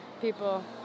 people